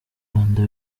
rwanda